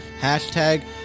Hashtag